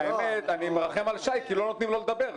האמת, אני מרחם על שי כי לא נותנים לו לדבר.